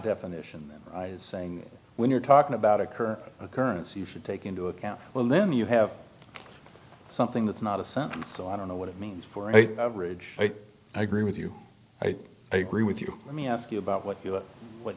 definition saying when you're talking about a current occurrence you should take into account well then you have something that's not a sentence so i don't know what it means for a coverage i agree with you i agree with you let me ask you about what